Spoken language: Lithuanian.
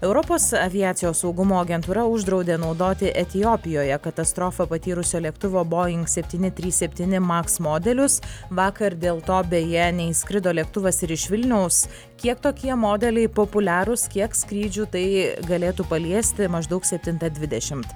europos aviacijos saugumo agentūra uždraudė naudoti etiopijoje katastrofą patyrusio lėktuvo boing septyni trys septyni maks modelius vakar dėl to beje neišskrido lėktuvas ir iš vilniaus kiek tokie modeliai populiarūs kiek skrydžių tai galėtų paliesti maždaug septinta dvidešimt